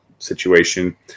situation